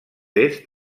est